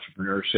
entrepreneurship